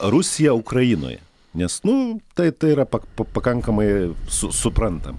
rusija ukrainoje nes nu tai tai yra pakankamai suprantam